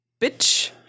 bitch